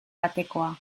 batekoa